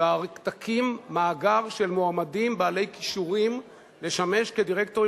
תקים מאגר של מועמדים בעלי כישורים לשמש דירקטורים